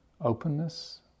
openness